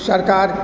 सरकार